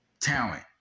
talent